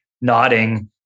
nodding